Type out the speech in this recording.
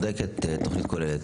צודקת, תוכנית כוללת.